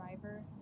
driver